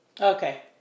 Okay